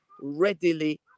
readily